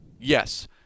yes